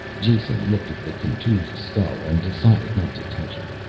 jason looked at the contused skull, and decided not to touch it.